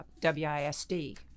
wisd